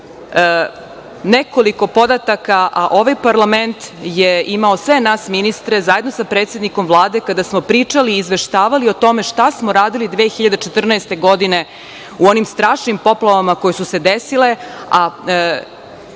nekoliko podataka, a ovaj parlament je imao sve nas ministre zajedno sa predsednikom Vlade kada smo pričali i izveštavali o tome šta smo radili 2014. godine u onim strašnim poplavama koje su se desile, a